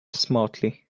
smartly